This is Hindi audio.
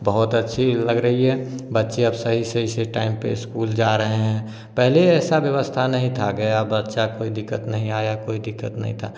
बहुत अच्छी लग रही हैं बच्चें अब सही सही से टाइम पर स्कूल जा रहे हैं पहले ऐसी व्यवस्था नहीं था गया बच्चा कोई दिक्कत नहीं आया कोई दिक्कत नहीं था